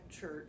church